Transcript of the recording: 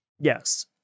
Yes